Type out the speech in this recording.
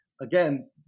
again